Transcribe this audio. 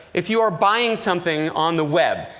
if you are buying something on the web,